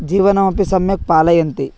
जीवनमपि सम्यक् पालयन्ति